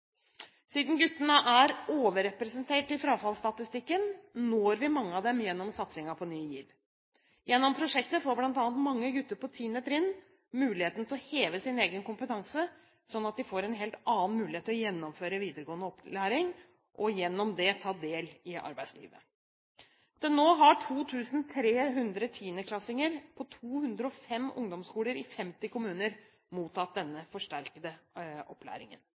Siden gutter er overrepresentert i frafallsstatistikken, når vi mange av dem gjennom satsingen på Ny GIV. Gjennom prosjektet får bl.a. mange gutter på 10. trinn muligheten til å heve sin egen kompetanse, slik at de får en helt annen mulighet til å gjennomføre videregående opplæring og gjennom det ta del i arbeidslivet. Til nå har 2 300 tiendeklassinger på 205 ungdomsskoler i 50 kommuner mottatt denne forsterkede opplæringen.